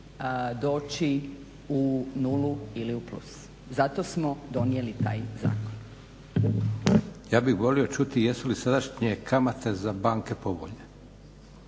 doći u nulu ili u plus. Zato smo donijeli taj zakon. **Leko, Josip (SDP)** Ja bih volio jesu li sadašnje kamate za banke povoljne?